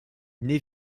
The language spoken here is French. née